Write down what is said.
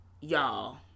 y'all